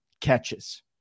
catches